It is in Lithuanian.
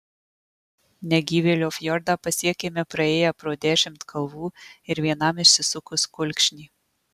negyvėlio fjordą pasiekėme praėję pro dešimt kalvų ir vienam išsisukus kulkšnį